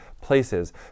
places